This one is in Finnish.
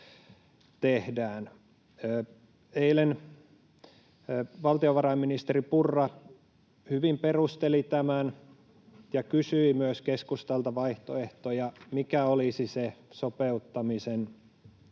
Eilen valtiovarainministeri Purra hyvin perusteli tämän ja kysyi myös keskustalta vaihtoehtoja, mikä olisi se sopeuttamisen